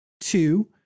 Two